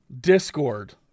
Discord